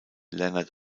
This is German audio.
leonhard